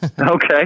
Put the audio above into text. Okay